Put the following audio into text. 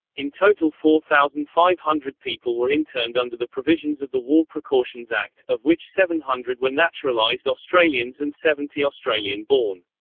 in total four thousand five hundred people were interned under the provisions of the war precautions act, of which seven hundred were naturalised australians and seventy australian born.